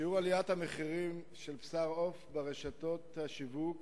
1. שיעור עליית המחירים של בשר העוף ברשתות השיווק